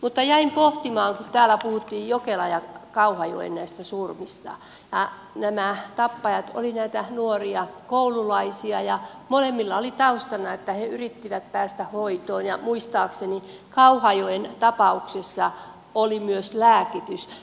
mutta jäin pohtimaan kun täällä puhuttiin näistä jokelan ja kauhajoen surmista että nämä tappajat olivat näitä nuoria koululaisia ja molemmilla oli taustana että he yrittivät päästä hoitoon ja muistaakseni kauhajoen tapauksessa oli myös lääkitys